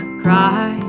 cry